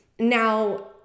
Now